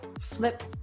Flip